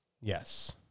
Yes